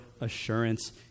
assurance